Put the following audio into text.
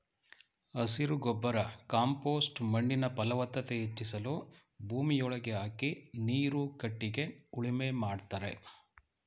ಹಸಿರು ಗೊಬ್ಬರ ಕಾಂಪೋಸ್ಟ್ ಮಣ್ಣಿನ ಫಲವತ್ತತೆ ಹೆಚ್ಚಿಸಲು ಭೂಮಿಯೊಳಗೆ ಹಾಕಿ ನೀರು ಕಟ್ಟಿಗೆ ಉಳುಮೆ ಮಾಡ್ತರೆ